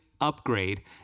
upgrade